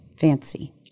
Fancy